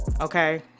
okay